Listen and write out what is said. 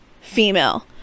female